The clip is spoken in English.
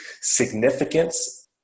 significance